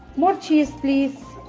more cheese, please.